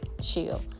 chill